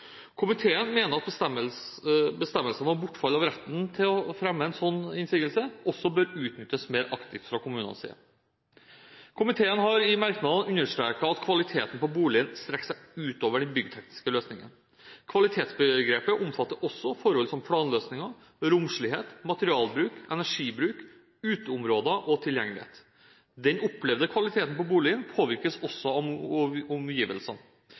Komiteen mener at bestemmelsene om bortfall av retten til å fremme innsigelse bør utnyttes mer aktivt fra kommunenes side. Komiteen har i merknader understreket at kvaliteten på boligen strekker seg utover den byggetekniske løsningen. Kvalitetsbegrepet omfatter også forhold som planløsninger, romslighet, materialbruk, energibruk, uteområder og tilgjengelighet. Den opplevde kvaliteten på boligen påvirkes også av omgivelsene.